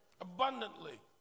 Abundantly